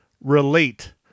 relate